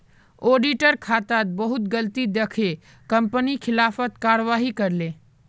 auditor खातात बहुत गलती दखे कंपनी खिलाफत कारवाही करले